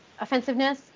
offensiveness